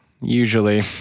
Usually